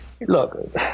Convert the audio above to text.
look